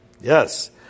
yes